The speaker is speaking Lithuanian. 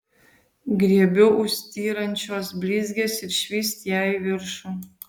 griebiu už styrančios blizgės ir švyst ją į viršų